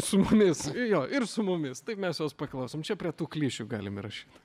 su mumis jo ir su mumis taip mes jos paklausom čia prie tų klišių galim įrašyt